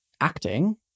acting